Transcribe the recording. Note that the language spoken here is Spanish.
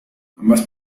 ambas